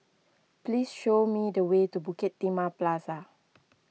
please show me the way to Bukit Timah Plaza